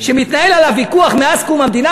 שמתנהל עליו ויכוח מאז קום המדינה,